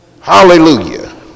Hallelujah